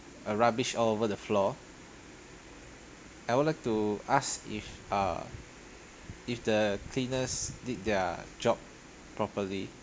uh rubbish all over the floor I would like to ask if err if the cleaners did their job properly